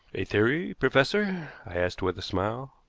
a theory, professor? i asked with a smile.